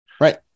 Right